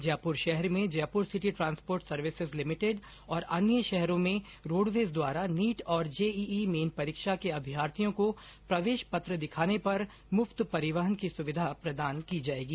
जयपुर शहर में Jaipur city transport services limited और अन्य शहरों में रोडवेज द्वारा नीट और जेईई मेन परीक्षा के अभ्यर्थियों को प्रवेश पत्र दिखाने पर मुफ्त परिवहन की सुविधा प्रदान की जाएगी